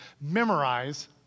Memorize